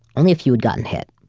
only a few had gotten hit.